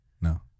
No